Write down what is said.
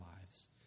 lives